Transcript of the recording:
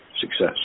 success